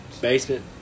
Basement